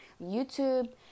YouTube